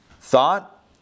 thought